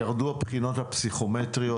ירדו הבחינות הפסיכומטריות,